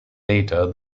later